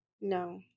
No